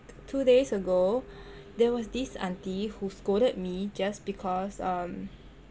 two days ago there was this auntie who scolded me just because um